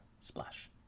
Splash